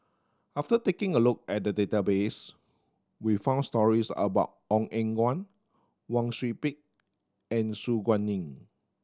after taking a look at the database we found stories about Ong Eng Guan Wang Sui Pick and Su Guaning